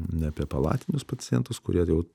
ne apie palatinius pacientus kurie jau